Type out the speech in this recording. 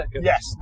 Yes